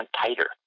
tighter